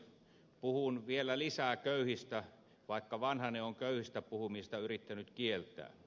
puhun vielä lisää köyhistä vaikka vanhanen on köyhistä puhumista yrittänyt kieltää